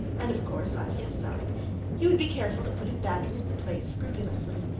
and of course on his side he would be careful to put it back in its place scrupulously.